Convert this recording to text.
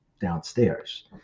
downstairs